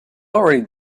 already